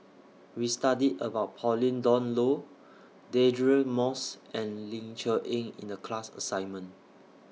We studied about Pauline Dawn Loh Deirdre Moss and Ling Cher Eng in The class assignment